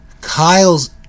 Kyle's